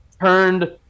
turned